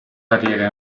carriera